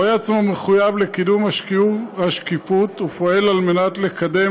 רואה עצמו מחויב לקידום השקיפות ופועל לקדם